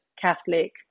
Catholic